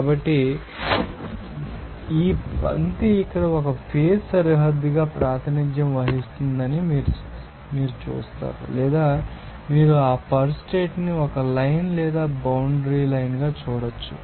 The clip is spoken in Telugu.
కాబట్టి మరియు ఈ పంక్తి ఇక్కడ ఒక ఫేజ్ సరిహద్దుగా ప్రాతినిధ్యం వహిస్తుందని మీరు చూస్తారు లేదా మీరు ఆ పరిస్టేట్ ని ఒక లైన్ లేదా బౌండ్రి లైన్ గా చూడవచ్చు